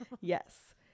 yes